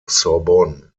sorbonne